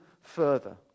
further